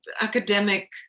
academic